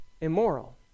immoral